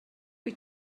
wyt